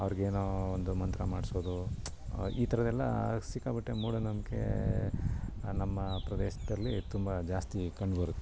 ಅವ್ರಿಗೇನೊ ಒಂದು ಮಂತ್ರ ಮಾಡ್ಸೋದು ಈ ಥರದ್ದೆಲ್ಲ ಸಿಕ್ಕಾಪಟ್ಟೆ ಮೂಢನಂಬಿಕೆ ನಮ್ಮ ಪ್ರದೇಶದಲ್ಲಿ ತುಂಬ ಜಾಸ್ತಿ ಕಂಡು ಬರುತ್ತೆ